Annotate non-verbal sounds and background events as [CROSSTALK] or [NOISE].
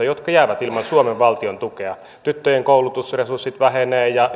[UNINTELLIGIBLE] jotka jäävät ilman suomen valtion tukea tyttöjen koulutusresurssit vähenevät ja